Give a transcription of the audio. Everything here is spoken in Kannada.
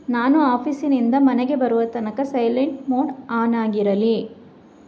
ನಾನು ಆಫೀಸಿನಿಂದ ಮನೆಗೆ ಬರುವ ತನಕ ಸೈಲೆಂಟ್ ಮೋಡ್ ಆನ್ ಆಗಿರಲಿ